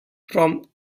from